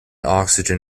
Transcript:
oxygen